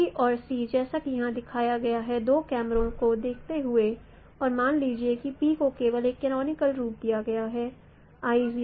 P औरC जैसा कि यहां दिखाया गया है दो कैमरों को देखते हुए और मान लीजिए कि P को केवल एक कैनोनिकल रूप दिया गया है I